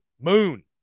moon